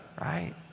right